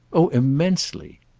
oh immensely.